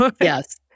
Yes